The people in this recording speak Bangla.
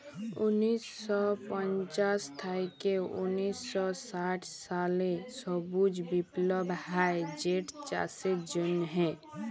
উনিশ শ পঞ্চাশ থ্যাইকে উনিশ শ ষাট সালে সবুজ বিপ্লব হ্যয় যেটচাষের জ্যনহে